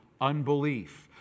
unbelief